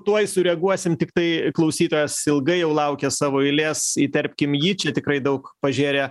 tuoj sureaguosim tiktai klausytojas ilgai jau laukia savo eilės įterpkim jį čia tikrai daug pažėrė